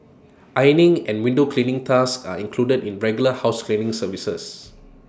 ironing and window cleaning tasks are included in regular house cleaning services